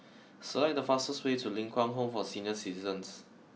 select the fastest way to Ling Kwang Home for Senior Citizens